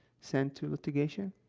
sent to litigation.